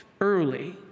early